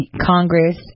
Congress